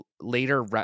later